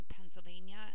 Pennsylvania